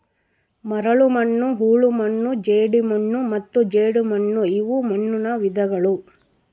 ಮರಳುಮಣ್ಣು ಹೂಳುಮಣ್ಣು ಜೇಡಿಮಣ್ಣು ಮತ್ತು ಜೇಡಿಮಣ್ಣುಇವು ಮಣ್ಣುನ ವಿಧಗಳು